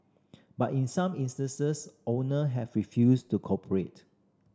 but in some instances owner have refused to cooperate